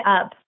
up